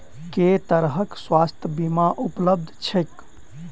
केँ तरहक स्वास्थ्य बीमा उपलब्ध छैक?